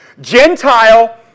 Gentile